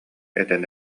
этэн